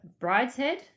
Brideshead